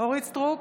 אורית מלכה סטרוק,